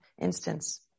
instance